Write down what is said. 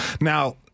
Now